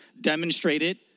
demonstrated